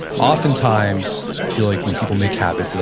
oftentimes, i feel like when people make habits, it's